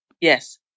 Yes